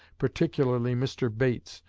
particularly mr. bates,